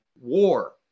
War